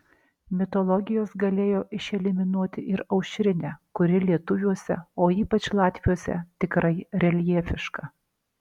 mitologijos galėjo išeliminuoti ir aušrinę kuri lietuviuose o ypač latviuose tikrai reljefiška